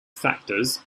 factors